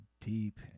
deep